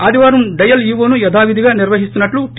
ఆదివారం డయల్ ఈవోను యథావిధిగా నిర్వహిస్తున్న ట్లు టి